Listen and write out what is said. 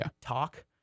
talk